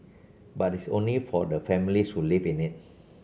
but it's only for the families who live in it